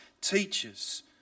teachers